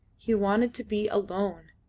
he wanted to be alone.